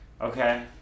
Okay